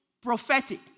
prophetic